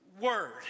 word